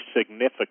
significant